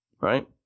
right